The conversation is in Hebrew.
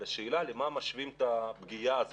השאלה היא למה משווים את הפגיעה הזו,